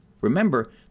Remember